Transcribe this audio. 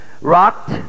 rocked